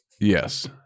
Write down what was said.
Yes